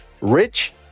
Rich